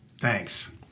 Thanks